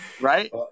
Right